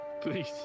please